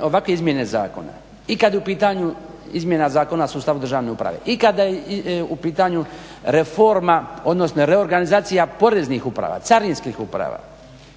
ovakve izmjene zakona i kad je u pitanju izmjena zakona u sustavu državne uprave i kada je u pitanju reforma odnosno reorganizacija poreznih uprava, carinskih uprava,